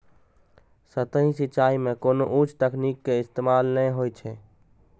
सतही सिंचाइ मे कोनो उच्च तकनीक के इस्तेमाल नै होइ छै